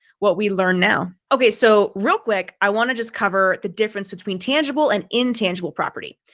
what we learn now. okay, so real quick, i want to just cover the difference between tangible and intangible property.